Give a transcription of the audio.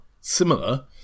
similar